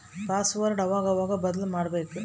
password ಅವಾಗವಾಗ ಬದ್ಲುಮಾಡ್ಬಕು